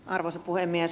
arvoisa puhemies